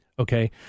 Okay